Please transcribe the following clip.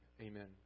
amen